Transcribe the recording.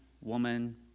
woman